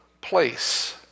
place